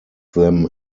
them